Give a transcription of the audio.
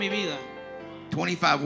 25